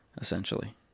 essentially